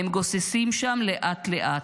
"הם גוססים שם לאט-לאט,